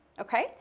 Okay